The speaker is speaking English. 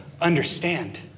understand